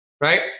right